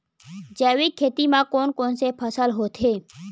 जैविक खेती म कोन कोन से फसल होथे?